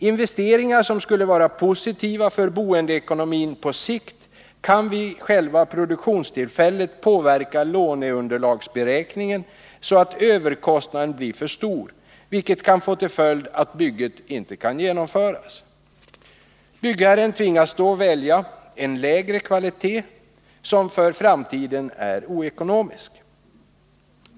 Investeringar som skulle vara positiva för boendeekonomin på sikt kan vid själva produktionstillfället påverka låneunderlagsberäkningen, så att överkostnaden blir för stor, vilket kan få till följd att bygget inte kan genomföras. Byggherren tvingas då välja en lägre kvalitet, som för framtiden är oekonomisk.